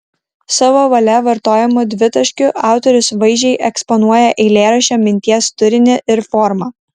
savo valia vartojamu dvitaškiu autorius vaizdžiai eksponuoja eilėraščio minties turinį ir formą